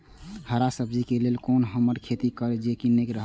हरा सब्जी के लेल कोना हम खेती करब जे नीक रहैत?